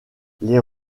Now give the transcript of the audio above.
les